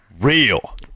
Real